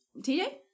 TJ